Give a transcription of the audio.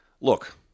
Look